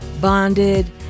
bonded